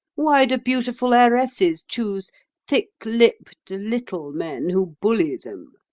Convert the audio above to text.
why do beautiful heiresses choose thick-lipped, little men who bully them?